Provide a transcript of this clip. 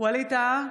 ווליד טאהא,